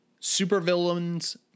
Supervillains